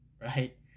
right